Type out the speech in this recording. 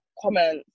comments